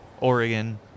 Oregon